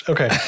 Okay